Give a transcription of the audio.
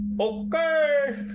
Okay